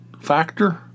factor